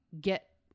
get